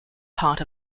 part